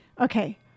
okay